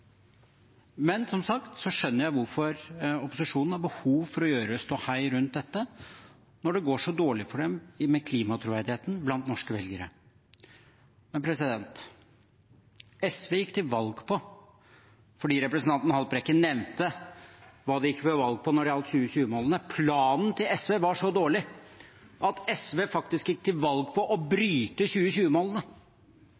Men jeg skjønner som sagt hvorfor opposisjonen har behov for å lage ståhei rundt dette når det går så dårlig for dem med klimatroverdigheten blant norske velgere. Representanten Haltbrekken nevnte hva SV gikk til valg på når det gjaldt 2020-målene. Planen til SV var så dårlig at SV faktisk gikk til valg på å